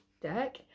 deck